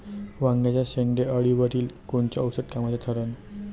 वांग्याच्या शेंडेअळीवर कोनचं औषध कामाचं ठरन?